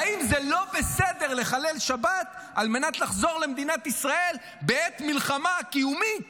והאם זה לא בסדר לחלל שבת כדי לחזור למדינת ישראל בעת מלחמה קיומית?